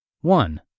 One